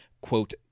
quote